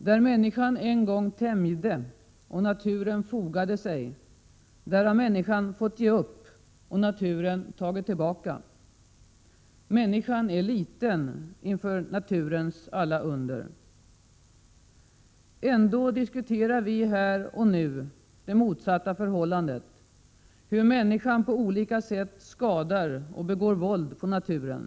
Där människan en gång tämjde och naturen fogade sig, där har människan fått ge upp och naturen tagit tillbaka. Människan är liten inför naturens alla under. Ändå diskuterar vi här och nu det motsatta förhållandet — hur människan på olika sätt skadar och begår våld på naturen.